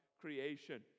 creation